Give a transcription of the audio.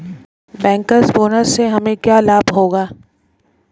Bankers bonus से मुझे क्या लाभ होगा?